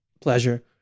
pleasure